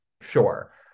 Sure